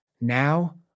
Now